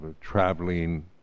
traveling